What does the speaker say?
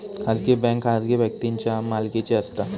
खाजगी बँक खाजगी व्यक्तींच्या मालकीची असता